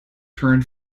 turned